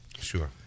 Sure